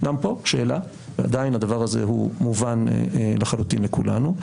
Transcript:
גם פה שאלה, ועדיין הדבר הוא מובן לחלוטין לכולנו.